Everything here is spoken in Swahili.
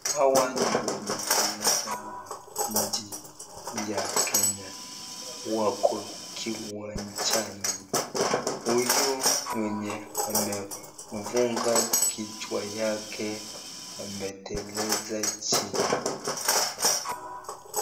Hawa ni wanariadha wa nchi ya kenya wako kiwanjani huyu mwenye amefunga kichwa yake ameteleza chini.